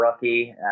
rookie